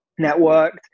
networked